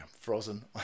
frozen